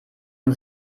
man